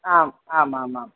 आम् आम् आम् आम्